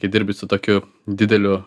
kai dirbi su tokiu dideliu